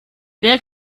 wer